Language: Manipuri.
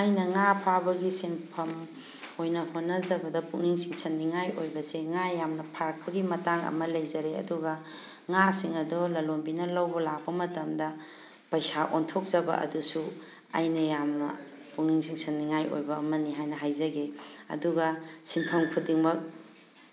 ꯑꯩꯅ ꯉꯥ ꯐꯥꯕꯒꯤ ꯁꯤꯟꯐꯝ ꯑꯣꯏꯅ ꯍꯣꯠꯅꯖꯕꯗ ꯄꯨꯛꯅꯤꯡ ꯆꯤꯡꯁꯟ ꯅꯤꯡꯉꯥꯏ ꯑꯣꯏꯕꯁꯤ ꯉꯥ ꯌꯥꯝꯅ ꯐꯥꯔꯛꯄꯒꯤ ꯃꯇꯥꯡ ꯑꯃ ꯂꯩꯖꯔꯦ ꯑꯗꯨꯒ ꯉꯥꯁꯤꯡ ꯑꯗꯣ ꯂꯂꯣꯟꯕꯤꯅ ꯂꯧꯕ ꯂꯥꯛꯄ ꯃꯇꯝꯗ ꯄꯩꯁꯥ ꯑꯣꯟꯊꯣꯛꯆꯕ ꯑꯗꯨꯁꯨ ꯑꯩꯅ ꯌꯥꯝꯅ ꯄꯨꯛꯅꯤꯡ ꯆꯤꯡꯁꯟꯅꯤꯡꯉꯥꯏ ꯑꯣꯏꯕ ꯑꯃꯅꯤ ꯍꯥꯏꯅ ꯍꯥꯏꯖꯒꯦ ꯑꯗꯨꯒ ꯁꯤꯟꯐꯝ ꯈꯨꯗꯤꯡꯃꯛ